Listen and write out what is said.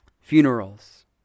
funerals